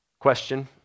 Question